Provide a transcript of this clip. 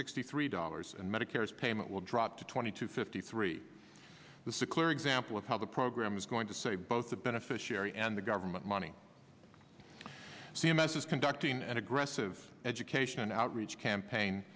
sixty three dollars and medicare as payment will drop to twenty two fifty three the sickler example of how the program is going to say both the beneficiary and the government money c m s is conducting an aggressive education and outreach campaign